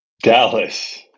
Dallas